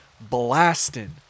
blasting